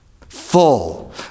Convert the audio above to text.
full